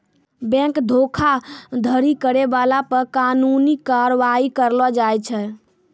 bank धोखाधड़ी करै बाला पे कानूनी कारबाइ करलो जाय छै